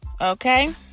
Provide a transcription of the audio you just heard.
Okay